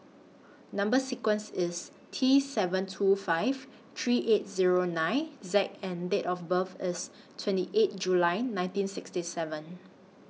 Number sequence IS T seven two five three eight Zero nine Z and Date of birth IS twenty eight July nineteen sixty seven